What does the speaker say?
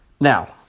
Now